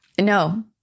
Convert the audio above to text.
No